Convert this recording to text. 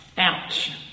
Ouch